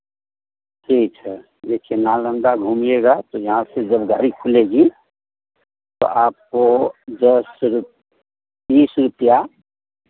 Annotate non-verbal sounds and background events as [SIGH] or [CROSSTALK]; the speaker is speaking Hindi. ठीक है देखिए नालंदा घूमिएगा तो यहाँ से जब गाड़ी खुलेगी तो आपको दस [UNINTELLIGIBLE] बीस रुपैया